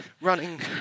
running